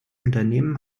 unternehmen